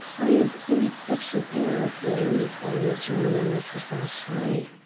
i assumed such an air of relief on rejoining mrs. ashley.